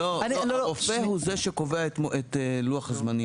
הרופא הוא זה שקובע את לוח הזמנים.